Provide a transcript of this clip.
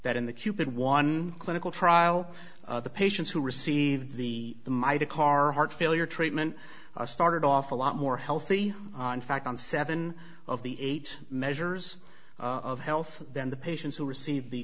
that in the cupid one clinical trial the patients who received the might a car heart failure treatment started off a lot more healthy in fact on seven of the eight measures of health than the patients who received the